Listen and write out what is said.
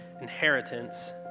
inheritance